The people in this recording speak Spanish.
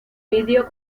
vídeo